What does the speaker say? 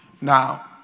Now